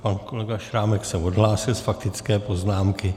Pan kolega Šrámek se odhlásil z faktické poznámky.